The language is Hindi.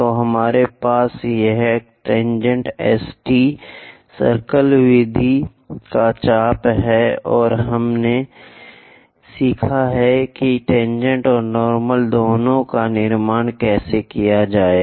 तो हमारे पास यह टेनजेंट S T सर्कल विधि का चाप है और हमने सीखा है कि टेनजेंट और नार्मल दोनों का निर्माण कैसे किया जाए